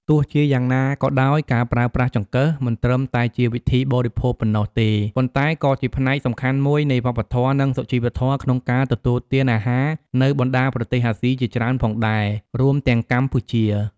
ទោះជាយ៉ាងណាក៏ដោយការប្រើប្រាស់ចង្កឹះ មិនត្រឹមតែជាវិធីបរិភោគប៉ុណ្ណោះទេ ប៉ុន្តែក៏ជាផ្នែកសំខាន់មួយនៃវប្បធម៌ និងសុជីវធម៌ក្នុងការទទួលទានអាហារនៅបណ្ដាប្រទេសអាស៊ីជាច្រើនផងដែរ រួមទាំងកម្ពុជា។